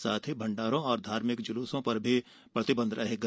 साथ ही मण्डारों और धार्मिक ज़लूसों पर भी प्रतिबंध रहेगा